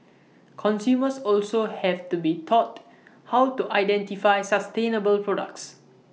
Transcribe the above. consumers also have to be taught how to identify sustainable products